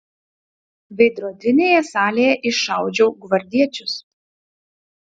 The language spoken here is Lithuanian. veidrodinėje salėje iššaudžiau gvardiečius